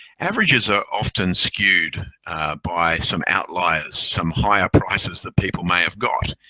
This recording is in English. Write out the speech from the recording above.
averages are often skewed by some outliers, some higher prices that people may have got.